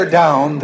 down